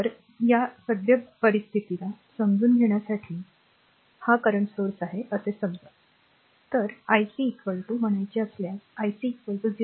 तर या सद्यस्थितीला समजून घेण्यासाठी हा करंट स्त्रोत आहे असे समजा तर ic म्हणायचे असल्यास ic 0